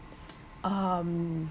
um